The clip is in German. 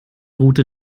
route